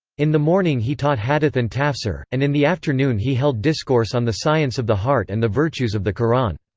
in the morning he taught hadith and tafsir, and in the afternoon he held discourse on the science of the heart and the virtues of the quran.